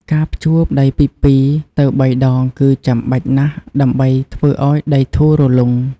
ការភ្ជួរដីពី ២ ទៅ ៣ ដង គឺចាំបាច់ណាស់ដើម្បីធ្វើឱ្យដីធូររលុង។